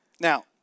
Now